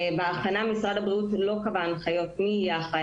בהכנה משרד הבריאות לא קבע הנחיות מי יהיה אחראי